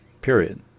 period